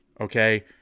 okay